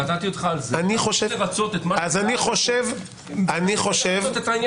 קטעתי אותך על זה שאתה צריך לרצות את מה